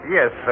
Yes